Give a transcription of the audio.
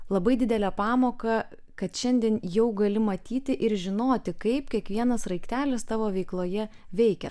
labai didelę pamoką kad šiandien jau gali matyti ir žinoti kaip kiekvienas sraigtelis tavo veikloje veikia